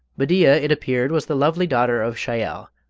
bedeea, it appeared, was the lovely daughter of shahyal,